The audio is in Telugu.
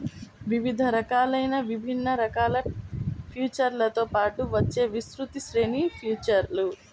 వివిధ రకాలైన విభిన్న రకాల ఫీచర్లతో పాటు వచ్చే విస్తృత శ్రేణి ఫీచర్లు